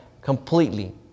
completely